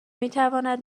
میتواند